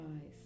eyes